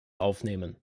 aufnehmen